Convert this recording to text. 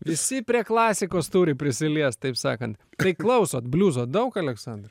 visi prie klasikos turi prisiliest taip sakant tai klausot bliuzo daug aleksandrai